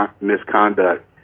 misconduct